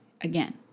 again